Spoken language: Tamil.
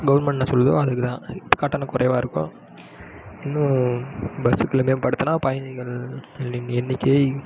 கவுர்மெண்ட் என்ன சொல்லுதோ அதுக்கு தான் இப்போ கட்டணம் குறைவாக இருக்கும் இன்னும் பஸ்ஸுக்களை மேம்படுத்துனால் பயணிகளின் எண்ணிக்கை